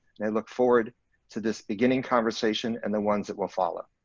and i look forward to this beginning conversation and the ones that will follow.